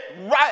right